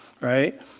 right